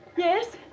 Yes